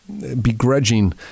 Begrudging